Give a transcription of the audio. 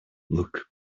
look